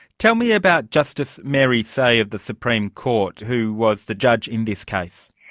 tell me about justice mary sey of the supreme court who was the judge in this case.